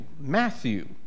Matthew